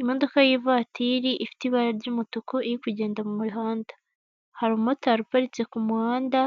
Imodoka y'ivatiri ifite ibara ry'umutuku iri kugenda mu mihanda, hari motari uparitse ku muhanda,